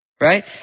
Right